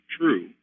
true